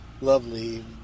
lovely